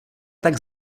tak